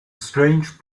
strange